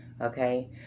okay